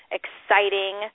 exciting